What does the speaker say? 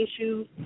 issues